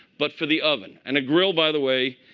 but for the oven. and a grill, by the way,